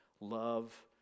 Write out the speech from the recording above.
Love